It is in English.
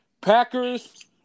Packers